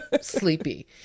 sleepy